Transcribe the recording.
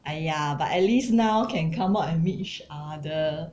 !aiya! but at least now can come out and meet each other